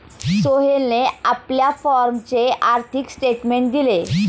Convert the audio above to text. सोहेलने आपल्या फॉर्मचे आर्थिक स्टेटमेंट दिले